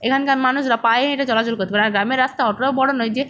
এখানকার মানুষরা পায়ে হেঁটে চলাচল করতে পারে আর গ্রামের রাস্তা অতটাও বড় নয় যে